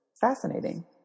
fascinating